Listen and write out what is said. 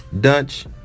Dutch